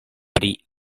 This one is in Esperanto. pri